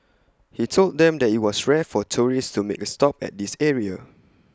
he told them that IT was rare for tourists to make A stop at this area